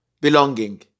belonging